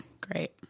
Great